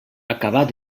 acabat